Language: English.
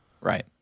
Right